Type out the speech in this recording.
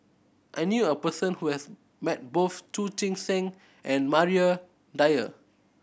I knew a person who has met both Chu Chee Seng and Maria Dyer